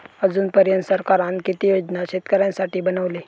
अजून पर्यंत सरकारान किती योजना शेतकऱ्यांसाठी बनवले?